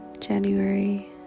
January